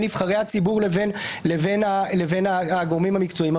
נבחרי הציבור לבין הגורמים המקצועיים.